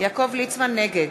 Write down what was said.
נגד